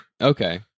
Okay